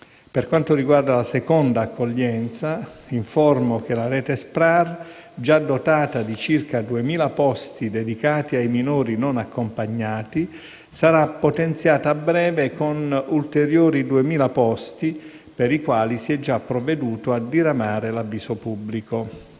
Per quanto riguarda la seconda accoglienza, informo che la rete SPRAR, già dotata di circa 2.000 posti dedicati ai minori non accompagnati, sarà potenziata a breve con ulteriori 2.000 posti, per i quali si è già provveduto a diramare l'avviso pubblico.